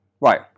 right